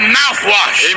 mouthwash